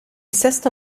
sesto